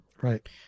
Right